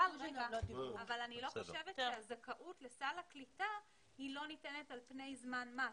אבל אני לא חושבת שהזכאות לסל הקליטה לא ניתנת על פני זמן מה.